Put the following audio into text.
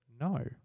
No